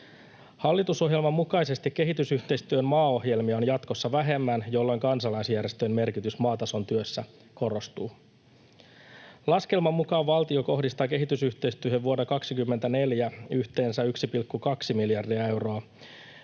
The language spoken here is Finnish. Hallitusohjelman mukaisesti kehitysyhteistyön maaohjelmia on jatkossa vähemmän, jolloin kansalaisjärjestöjen merkitys maatason työssä korostuu. Laskelman mukaan valtio kohdistaa kehitysyhteistyöhön vuonna 24 yhteensä 1,2 miljardia euroa,